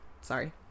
sorry